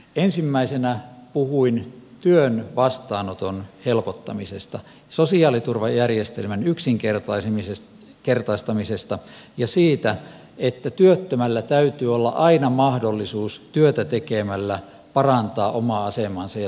ensimmäisenä puhuin työn vastaanoton helpottamisesta sosiaaliturvajärjestelmän yksinkertaistamisesta ja siitä että työttömällä täytyy olla aina mahdollisuus työtä tekemällä parantaa omaa asemaansa ja toimeentuloaan